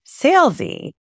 salesy